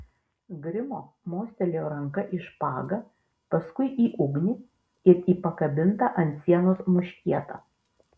grimo mostelėjo ranka į špagą paskui į ugnį ir į pakabintą ant sienos muškietą